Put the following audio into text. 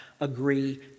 agree